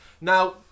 Now